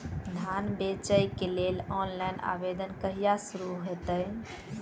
धान बेचै केँ लेल ऑनलाइन आवेदन कहिया शुरू हेतइ?